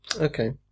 Okay